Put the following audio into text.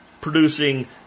producing